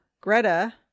greta